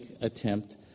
attempt